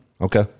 Okay